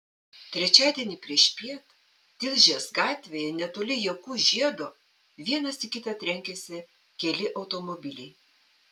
trečiadienį priešpiet tilžės gatvėje netoli jakų žiedo vienas į kitą trenkėsi keli automobiliai